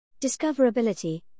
Discoverability